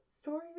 story